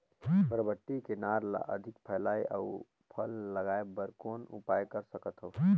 बरबट्टी के नार ल अधिक फैलाय अउ फल लागे बर कौन उपाय कर सकथव?